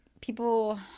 people